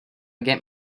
get